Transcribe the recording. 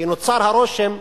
כי נוצר הרושם,